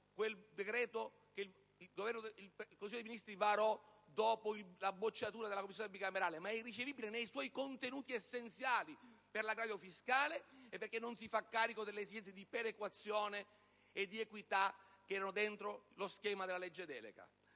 legislativo che il Consiglio dei ministri varò dopo la bocciatura della Commissione bicamerale. È irricevibile nei suoi contenuti essenziali, per l'aggravio fiscale e perché non si fa carico delle esigenze di perequazione e di equità che erano contenute nella legge delega.